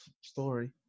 story